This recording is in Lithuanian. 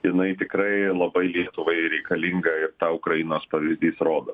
jinai tikrai labai lietuvai reikalinga ir tą ukrainos pavyzdys rodo